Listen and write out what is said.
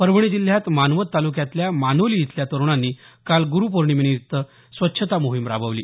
परभणी जिल्ह्यात मानवत तालूक्यातल्या मानोली इथल्या तरुणांनी काल ग्रुरु पौर्णिमेनिमित्त स्वच्छता मोहिम राबवली